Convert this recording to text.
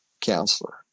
counselor